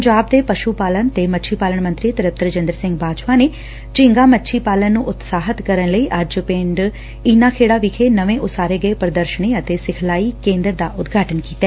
ਪੰਜਾਬ ਦੇ ਪਸ਼ੁ ਪਾਲਣ ਤੇ ਮੱਛੀ ਪਾਲਣ ਮੰਤਰੀ ਤ੍ਰਿਪਤ ਰਜਿਦਰ ਸਿੰਘ ਬਾਜਵਾ ਨੇ ਝੀਗਾ ਮੱਛੀ ਪਾਲਣ ਨੂੰ ਉਤਸ਼ਾਹਿਤ ਕਰਨ ਲਈ ਅੱਜ ਪਿੰਡ ਈਨਾਖੇੜਾ ਵਿਖੇ ਨਵੇਂ ਉਸਾਰੇ ਗਏ ਪੁਦਰਸ਼ਨੀ ਤੇ ਸਿਖਲਾਈ ਕੇਂਦਰ ਡੀ ਐਫ਼ ਸੀ ਦਾ ਉਦਘਾਟਨ ਕੀਤਾ